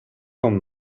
con